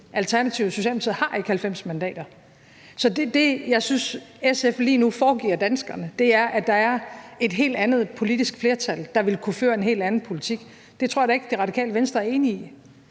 Alternativet og Socialdemokratiet har ikke 90 mandater. Så det, jeg synes at SF lige nu foregøgler danskerne, er, at der er et helt andet politisk flertal, der ville kunne føre en helt anden politik. Det tror jeg da ikke at Radikale Venstre er enige i